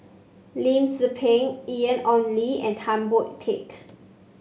Lim Tze Peng Ian Ong Li and Tan Boon Teik